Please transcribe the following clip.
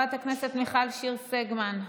חברת הכנסת מיכל שיר סגמן,